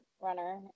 runner